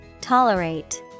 TOLERATE